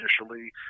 initially